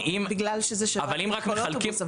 בגלל שזה שב"כניק בכל אוטובוס.